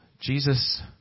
Jesus